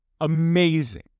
amazing